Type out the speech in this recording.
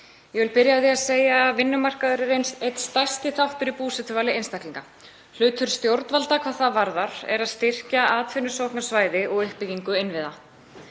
Ég vil byrja á því að segja að vinnumarkaðurinn er einn stærsti þáttur í búsetuvali einstaklinga. Hlutur stjórnvalda hvað það varðar er að styrkja atvinnusókn á svæði og uppbyggingu innviða.